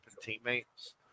teammates